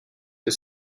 que